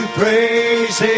praise